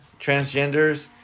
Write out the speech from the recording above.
transgenders